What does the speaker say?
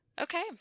Okay